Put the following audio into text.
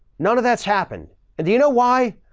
none of that's happened. and do you know why?